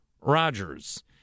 Rodgers